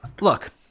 Look